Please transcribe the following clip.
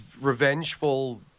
revengeful